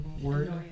word